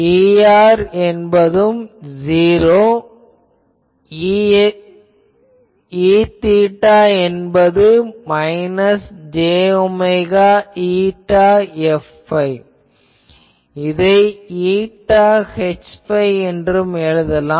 Er என்பதும் '0' Eθ என்பது minus j omega η Fϕ இதை η Hϕ என்று எழுதலாம்